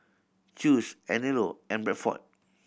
Chew's Anello and Bradford